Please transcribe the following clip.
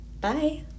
bye